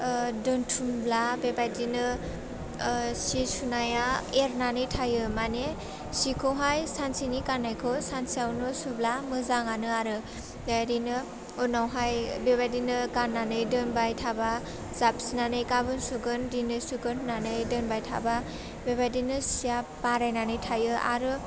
ओह दोन्थुमब्ला बेबायदिनो ओह सि सुनाया एरनानै थायो मानि सिखौहाइ सानसेनि गान्नायखौ सानसेयावनो सुब्ला मोजांआनो आरो बेबायदिनो उनावहाइ बेबायदिनो गान्नानै दोनबाय थाबा जाबसोनानै गाबोन सुगोन दिनै सुगोन होन्नानै दोनबाय थाबा बेबायदिनो सिया बारायनानै थायो आरो